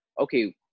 okay